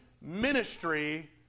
ministry